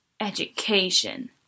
Education